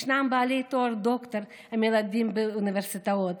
ישנם בעלי תואר דוקטור המלמדים באוניברסיטאות.